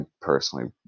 personally